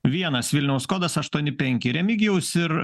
vienas vilniaus kodas aštuoni penki remigijaus ir